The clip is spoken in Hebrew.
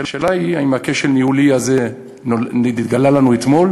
השאלה היא אם הכשל הניהולי הזה התגלה לנו אתמול,